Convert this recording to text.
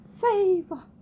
favor